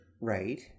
Right